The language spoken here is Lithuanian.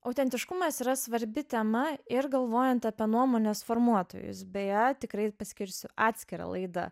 autentiškumas yra svarbi tema ir galvojant apie nuomonės formuotojus beje tikrai paskirsiu atskirą laidą